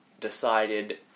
decided